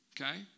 okay